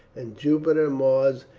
and jupiter, mars,